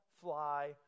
fly